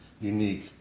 unique